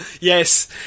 Yes